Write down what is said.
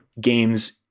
games